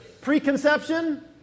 Preconception